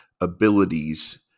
abilities